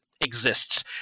exists